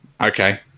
Okay